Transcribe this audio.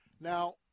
Now